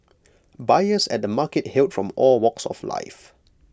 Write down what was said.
buyers at the markets hailed from all walks of life